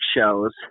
shows